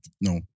No